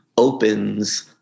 opens